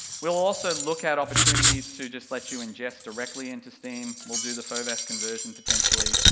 we'll also look at opportunities to just let you ingest directly into steam, we'll do the fovas conversion potentially,